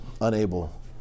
unable